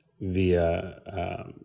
via